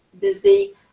busy